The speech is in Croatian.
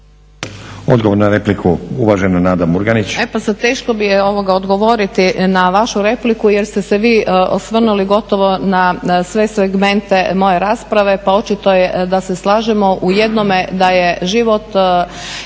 Odgovor na repliku uvažena Nada Murganić.